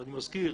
ואני מזכיר,